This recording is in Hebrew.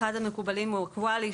אחד מהם הוא QALY,